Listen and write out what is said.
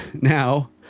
Now